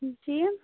जी